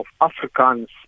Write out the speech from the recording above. Africans